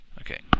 Okay